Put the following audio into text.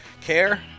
Care